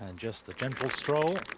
and just a gentle stroll.